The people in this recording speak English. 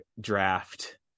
draft